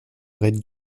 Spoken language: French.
red